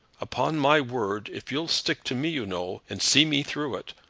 upon my word, if you'll stick to me, you know, and see me through it,